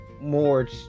more